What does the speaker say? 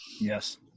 Yes